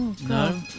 No